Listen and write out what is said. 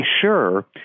sure